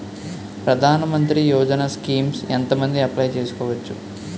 ప్రధాన మంత్రి యోజన స్కీమ్స్ ఎంత మంది అప్లయ్ చేసుకోవచ్చు?